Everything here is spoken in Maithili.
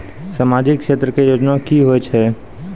समाजिक क्षेत्र के योजना की होय छै?